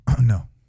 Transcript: no